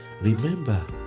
Remember